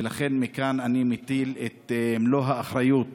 ולכן, מכאן אני מטיל את מלוא האחריות